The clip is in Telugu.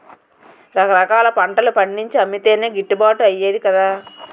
రకరకాల పంటలు పండించి అమ్మితేనే గిట్టుబాటు అయ్యేది కదా